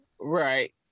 Right